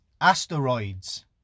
Asteroids